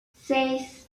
seis